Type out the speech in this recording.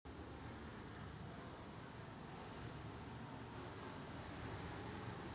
FAO ही संयुक्त राष्ट्रांच्या अन्न आणि कृषी संघटनेची एक विशेष संस्था आहे